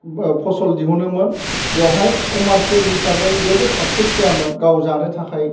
फसल दिहुनोमोन बेवहाय कमारसियेल हिसाबै जेबो साकसेस जायामोन गाव जानो थाखाय